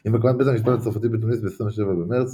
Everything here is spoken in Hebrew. עם הקמת בית המשפט הצרפתי בתוניס ב-27 במרץ